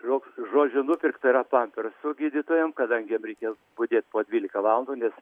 toks žodžiu nupirkta yra pampersų gydytojam kadangi jiem reikės budėt po dvyliką valandų nes